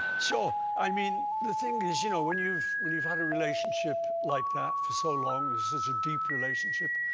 so i mean, the thing is, you know, when you've when you've had a relationship like that for so long, such a deep relationship,